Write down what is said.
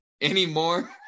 anymore